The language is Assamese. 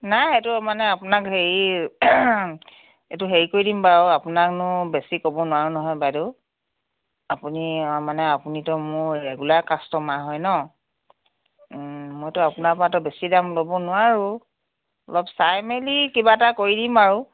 নাই এইটো মানে আপোনাক হেৰি এইটো হেৰি কৰি দিম বাৰু আপোনাকনো বেছি ক'ব নোৱাৰোঁ নহয় বাইদেউ আপুনি মানে আপুনিতো মোৰ ৰেগুলাৰ কাষ্টমাৰ হয় ন' ওম মইতো আপোনাৰ পৰাতো বেছি দাম ল'ব নোৱাৰোঁ অলপ চাই মেলি কিবা এটা কৰি দিম আৰু